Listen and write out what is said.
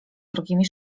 wrogimi